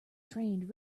trained